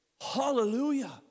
hallelujah